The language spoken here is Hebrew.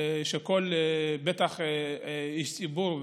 שבטח כל איש ציבור,